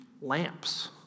lamps